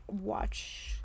watch